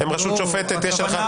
יש שופטים לא